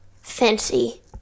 fancy